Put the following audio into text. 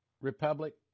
Republic